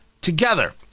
together